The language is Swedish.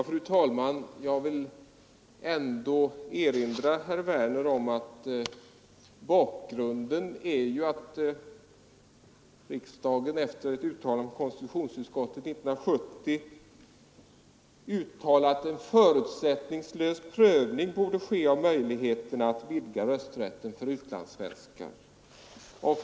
Fru talman! Jag vill erinra herr Werner i Malmö om bakgrunden. Efter ett yttrande av konstitutionsutskottet 1970 uttalade riksdagen att en förutsättningslös prövning borde ske av möjligheterna att vidga rösträtten för utlandssvenskar.